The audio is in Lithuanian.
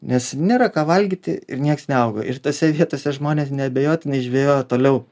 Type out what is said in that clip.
nes nėra ką valgyti ir nieks neauga ir tose vietose žmonės neabejotinai žvejojo toliau